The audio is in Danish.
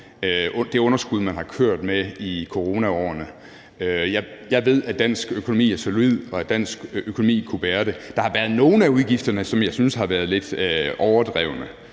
det underskud, man har kørt med i coronaårene. Jeg ved, at dansk økonomi er solid, og at dansk økonomi kunne bære det. Der har været nogle af udgifterne, som jeg synes har været lidt overdrevne,